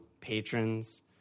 patrons